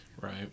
Right